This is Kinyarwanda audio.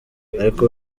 ariko